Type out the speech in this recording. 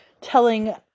telling